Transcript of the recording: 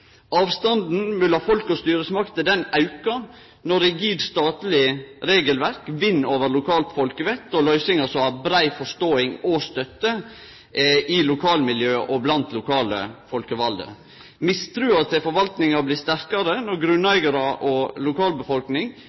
Avstanden mellom folk og styresmakter aukar når eit rigid statleg regelverk vinn over lokalt folkevett og løysingar som har brei forståing og støtte i lokalmiljøet og blant lokalt folkevalde. Mistrua til forvaltninga blir sterkare, og grunneigarar og lokalbefolkning